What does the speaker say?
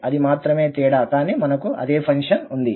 అది మాత్రమే తేడా కానీ మనకు అదే ఫంక్షన్ ఉంది